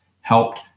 helped